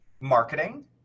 marketing